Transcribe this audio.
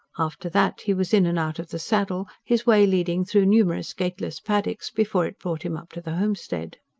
after that he was in and out of the saddle, his way leading through numerous gateless paddocks before it brought him up to the homestead.